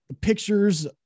pictures